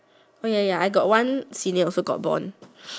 oh ya ya ya I got one senior also got bond